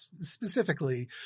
specifically